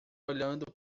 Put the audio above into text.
olhando